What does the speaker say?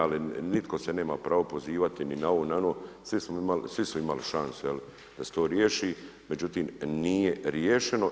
Ali nitko se nema pravo pozivati ni na ovo ni na ovo, svi su imali šansu da se to riješi međutim nije riješeno.